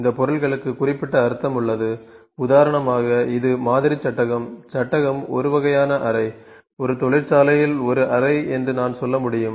இந்த பொருள்களுக்கு குறிப்பிட்ட அர்த்தம் உள்ளது உதாரணமாக இது மாதிரி சட்டகம் சட்டகம் ஒரு வகையான அறை ஒரு தொழிற்சாலையில் ஒரு அறை என்று நான் சொல்ல முடியும்